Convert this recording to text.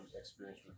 experience